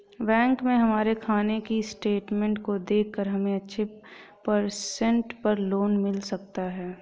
bank में हमारे खाने की स्टेटमेंट को देखकर हमे अच्छे परसेंट पर लोन भी मिल सकता है